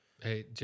Hey